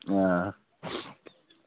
हां